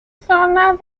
zonas